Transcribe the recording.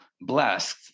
blessed